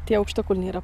tie aukštakulniai yra